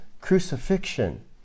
crucifixion